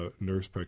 nurse